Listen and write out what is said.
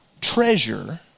treasure